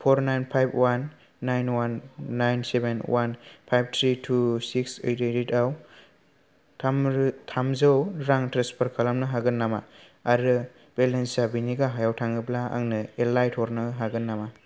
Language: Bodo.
पर nine five one nine one nine seven one five three two six eight eight आव थामरो थामजौ रां ट्रेन्सफार खालामनो हागोन नामा आरो बेलेन्सा बेनि गाहायाव थाङोब्ला आंनो एलार्ट हरनो हागोन नामा